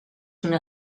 una